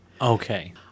Okay